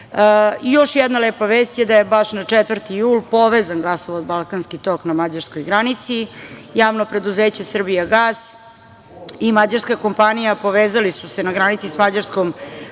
mali. Još jedna lepa vest je da je baš na 4. jul povezan gasovod „Balkanski tok“ na mađarskoj granici. Javno preduzeće „Srbijagas“ i mađarska kompanija povezali su se na granici sa mađarskim